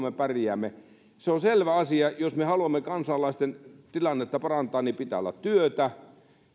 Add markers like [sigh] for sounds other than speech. [unintelligible] me pärjäämme se on selvä asia että jos me haluamme kansalaisten tilannetta parantaa niin pitää olla työtä